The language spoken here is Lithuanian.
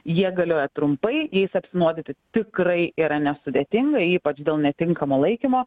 jie galioja trumpai jais apsinuodyti tikrai yra nesudėtinga ypač dėl netinkamo laikymo